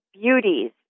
beauties